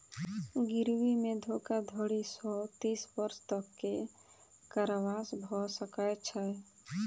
गिरवी मे धोखाधड़ी सॅ तीस वर्ष तक के कारावास भ सकै छै